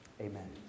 Amen